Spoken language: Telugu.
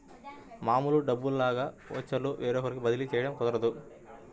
మామూలు డబ్బుల్లాగా ఓచర్లు వేరొకరికి బదిలీ చేయడం కుదరదు